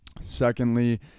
Secondly